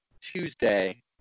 Tuesday